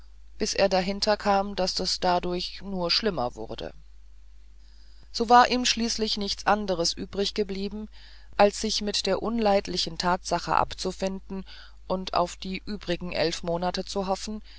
bis er dahinterkam daß es dadurch nur schlimmer wurde so war ihm schließlich nichts anderes übriggeblieben als sich mit der unleidlichen tatsache abzufinden und auf die übrigen elf monate zu hoffen